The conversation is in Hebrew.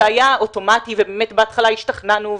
שהיה אוטומטי ובאמת בהתחלה השתכנענו,